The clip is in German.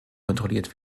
kontrolliert